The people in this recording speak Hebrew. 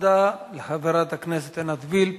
תודה לחברת הכנסת עינת וילף.